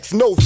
no